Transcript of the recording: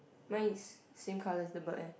mine is same color as the bird eh